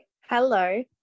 Hello